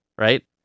right